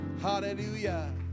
Hallelujah